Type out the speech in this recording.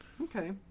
okay